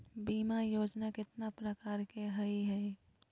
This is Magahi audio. बीमा योजना केतना प्रकार के हई हई?